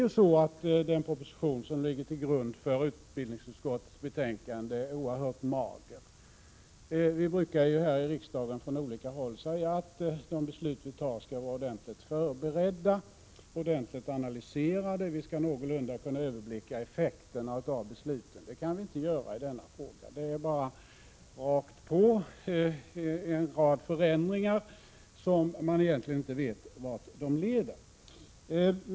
Den proposition som ligger till grund för utbildningsutskottets betänkande är oerhört mager. Vi brukar här i riksdagen från olika håll säga att de beslut vi fattar skall vara ordentligt förberedda, ordentligt analyserade. Vi skall någorlunda kunna överblicka effekterna av besluten. Det kan vi inte göra i denna fråga. Det är bara rakt på — en rad förändringar, som man egentligen inte vet vart de leder.